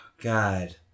God